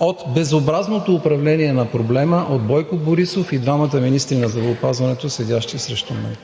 от безобразното управление на проблема от Бойко Борисов и двамата министри на здравеопазването, седящи срещу мен.